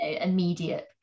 immediate